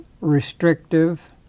restrictive